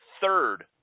third